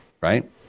right